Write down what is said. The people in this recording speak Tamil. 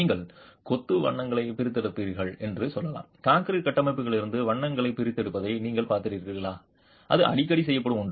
நீங்கள் கொத்து வண்ணங்களைப் பிரித்தெடுக்கிறீர்கள் என்று சொல்லலாம் கான்கிரீட் கட்டமைப்புகளிலிருந்து வண்ணங்களைப் பிரித்தெடுப்பதை நீங்கள் பார்த்தீர்களா அது அடிக்கடி செய்யப்படும் ஒன்று